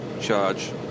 charge